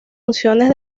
acciones